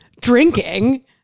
drinking